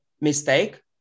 mistake